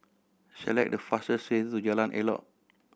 select the fastest way to Jalan Elok